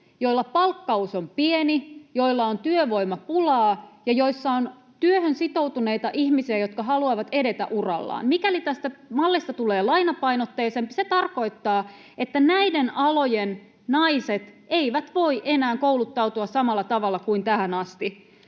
joilla palkkaus on pieni, joilla on työvoimapulaa ja joilla on työhön sitoutuneita ihmisiä, jotka haluavat edetä urallaan. Mikäli tästä mallista tulee lainapainotteisempi, se tarkoittaa, että näiden alojen naiset eivät voi enää kouluttautua samalla tavalla kuin tähän asti.